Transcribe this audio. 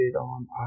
on